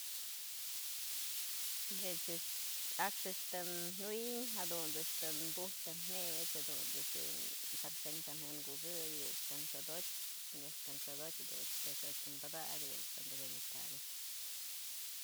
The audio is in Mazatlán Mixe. Jue este a'axtë juy jadunt's tën buj tën jëch, jadun ¨ch sarten tën jënkukëy jadunch tën xëdotyë, në ko'o tën xodotyë jadunch tëx jotyë tën padakë jadun tën tëkënyë kabyë.